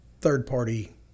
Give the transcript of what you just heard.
third-party